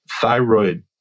thyroid